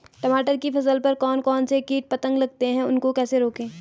टमाटर की फसल पर कौन कौन से कीट पतंग लगते हैं उनको कैसे रोकें?